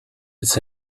its